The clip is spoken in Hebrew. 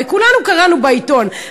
הרי כולנו קראנו בעיתון,